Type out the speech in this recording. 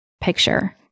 picture